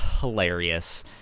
hilarious